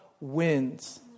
wins